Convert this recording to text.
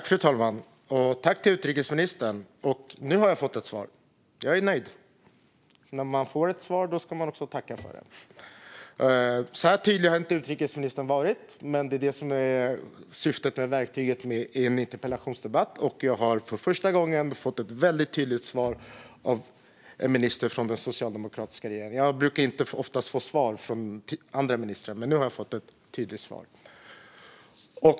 Fru talman! Jag tackar utrikesministern. Nu har jag fått ett svar. Jag är nöjd. När man får ett svar ska man också tacka för det. Så här tydlig har inte utrikesministern varit tidigare, men det är detta som är syftet med verktyget interpellationsdebatt. Jag har för första gången fått ett väldigt tydligt svar av en minister från den socialdemokratiska regeringen. Jag brukar oftast inte få svar från andra ministrar, men nu har jag fått ett tydligt svar.